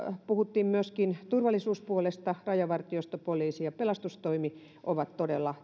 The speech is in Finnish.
puhuttiin myöskin turvallisuuspuolesta rajavartiosto poliisi ja pelastustoimi on todella